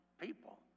people